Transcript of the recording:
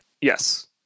Yes